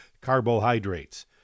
carbohydrates